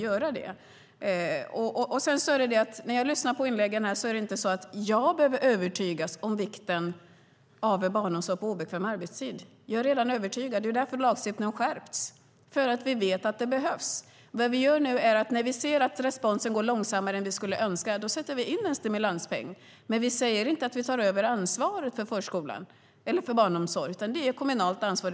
Jag har lyssnat på inläggen här, men jag behöver inte övertygas om vikten av barnomsorg på obekväm arbetstid. Jag är redan övertygad. Lagstiftningen har skärpts därför att vi vet att det behövs. När vi nu ser att responsen är långsammare än vi skulle önska sätter vi in en stimulanspeng. Men vi säger inte att vi tar över ansvaret för barnomsorgen, för det är ett kommunalt ansvar.